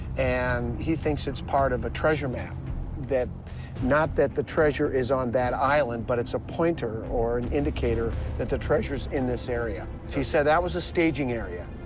and he thinks it's part of a treasure map that not that the treasure is on that island, but it's a pointer or an indicator that the treasure's in this area. he said that was a staging area.